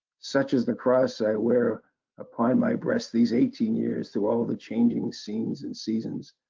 such is the cross i wear upon my breast these eighteen years through all the changing scenes and seasons.